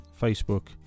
Facebook